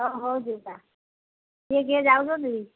ହ ହଉ ଯୋଉଟା କିଏ କିଏ ଯାଉଛନ୍ତି